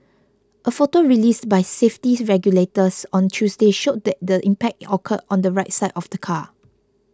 a photo released by safety regulators on Tuesday showed that the impact occurred on the right side of the car